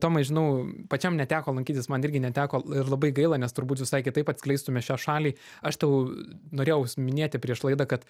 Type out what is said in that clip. tomai žinau pačiam neteko lankytis man irgi neteko l ir labai gaila nes turbūt visai kitaip atskleistume šią šalį aš tau norėjau s minėti prieš laidą kad